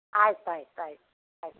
ಆಯ್ತು ಆಯ್ತು ಆಯ್ತು ಆಯ್ತು